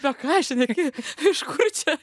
apie ką šneki iš kur čia